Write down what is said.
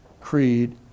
creed